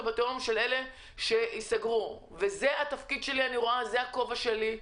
לתהום עד כדי סגירה - כך אני רואה את התפקיד ואת הכובע שלי.